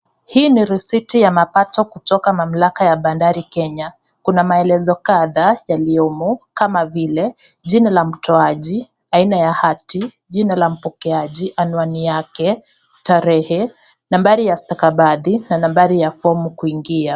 Hii ni risiti ya malipo kutoka mamlaka ya bandari Kenya. Kuna maelezo kadha yaliyomo kama vile, jina la mtoaji, aina ya hati, jina la mpokeaji, anwani yake, tarehe, nambari ya stakabadhi na nambari ya fomu kuingia.